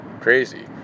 crazy